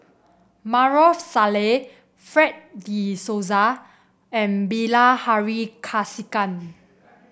Maarof Salleh Fred De Souza and Bilahari Kausikan